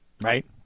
Right